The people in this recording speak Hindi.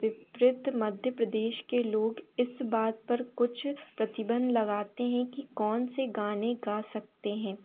विपरीत मध्य प्रदेश के लोग इस बात पर कुछ प्रतिबन्ध लगाते हैं कि कौन से गाने गा सकते हें